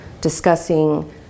discussing